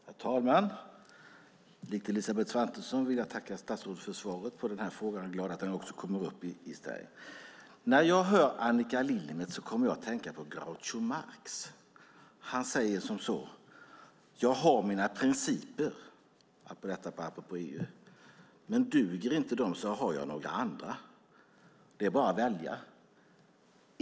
Herr talman! Liksom Elisabeth Svantesson vill också jag tacka statsrådet för svaret på interpellationen. Jag är glad över att frågan kommer upp också i Sverige. När jag hör Annika Lillemets kommer jag att tänka på Groucho Marx som sagt: Jag har mina principer - apropå EU - men duger inte de har jag några andra. Det är bara att välja.